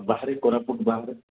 ବାହାରି କୋରାପୁଟ ବାହାରେ